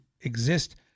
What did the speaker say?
exist